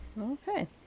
Okay